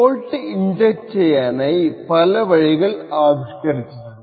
fault inject ചെയ്യാനായി പല വഴികൾ ആവിഷ്കരിച്ചിട്ടുണ്ട്